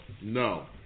No